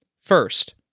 First